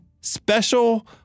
special